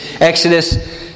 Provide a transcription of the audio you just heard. Exodus